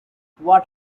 what